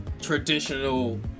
traditional